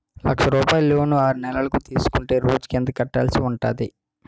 లక్ష రూపాయలు లోన్ ఆరునెలల కు తీసుకుంటే రోజుకి ఎంత కట్టాల్సి ఉంటాది?